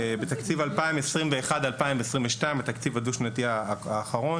בתקציב 2021-2022 התקציב הדו שנתי האחרון